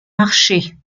marchés